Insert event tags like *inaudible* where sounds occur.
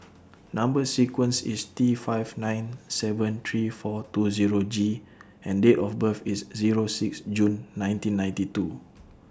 *noise* Number sequence IS T five nine seven three four two Zero G and Date of birth IS Zero six June nineteen ninety two *noise*